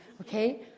Okay